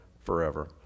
forever